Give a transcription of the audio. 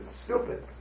stupid